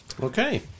Okay